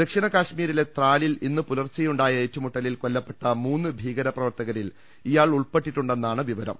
ദക്ഷിണ കാശ്മീരിലെ ത്രാലിൽ ഇന്നു പുലർച്ചെയുണ്ടായ ഏറ്റുമുട്ടലിൽ കൊല്ലപ്പെട്ട മൂന്ന് ഭീകര പ്രവർത്തകരിൽ ഇയാൾ ഉൾപ്പെട്ടിട്ടുണ്ടെന്നാണ് വിവരം